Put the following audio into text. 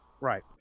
Right